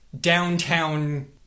downtown